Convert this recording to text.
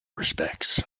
respects